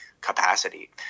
capacity